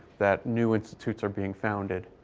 that new institutes are being founded